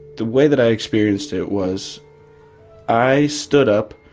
the way that i experienced it was i stood up,